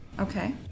okay